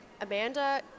Amanda